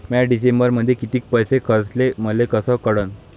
म्या डिसेंबरमध्ये कितीक पैसे खर्चले मले कस कळन?